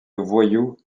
voyous